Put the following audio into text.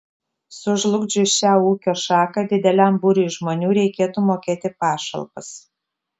sužlugdžius šią ūkio šaką dideliam būriui žmonių reikėtų mokėti pašalpas